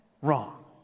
wrong